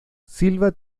silva